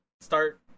start